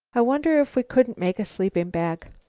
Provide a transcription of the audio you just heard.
i wonder if we couldn't make a sleeping-bag?